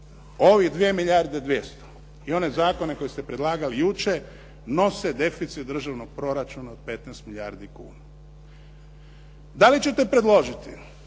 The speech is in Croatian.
Ovih 2 milijarde 200 i one zakone koje ste predlagali jučer nose deficit državnog proračuna od 15 milijardi kuna. Da li ćete predložiti